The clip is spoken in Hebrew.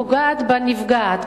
פוגעת בנפגעת,